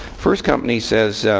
first company says,